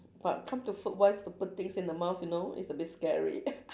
but come to food wise to put things in the mouth you know it's a bit scary